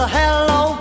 hello